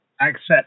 accept